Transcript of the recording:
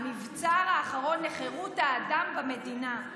המבצר האחרון לחירות האדם במדינה,